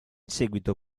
seguito